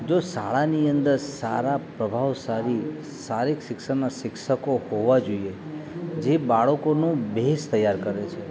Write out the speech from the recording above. જો શાળાની અંદર સારા પ્રભાવશાળી શારીરિક શિક્ષણ શિક્ષકો હોવા જોઈએ જે બાળકોનું બેઝ તૈયાર કરે છે